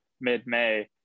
mid-May